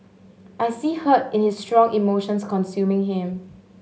I see hurt and his strong emotions consuming him